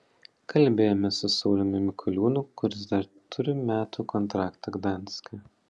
kalbėjomės su sauliumi mikoliūnu kuris dar turi metų kontraktą gdanske